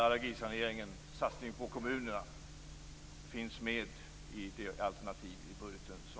Allergisaneringen och satsningen på kommunerna finns med i vårt budgetalternativ. Kommunerna får själva bestämma.